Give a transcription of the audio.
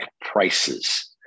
prices